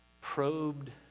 probed